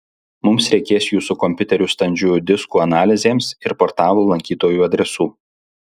mums reikės jūsų kompiuterių standžiųjų diskų analizėms ir portalo lankytojų adresų